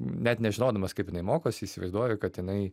net nežinodamas kaip jinai mokosi įsivaizduoju kad jinai